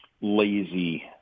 lazy